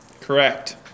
Correct